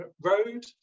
road